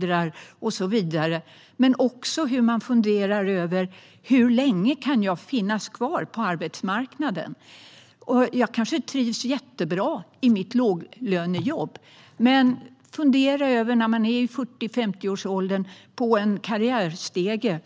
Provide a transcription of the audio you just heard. delar den och så vidare, men också att man funderar över hur länge man kan finnas kvar på arbetsmarknaden. Man kanske trivs jättebra med sitt låglönejobb men funderar i 40-50-årsåldern på en karriärstege.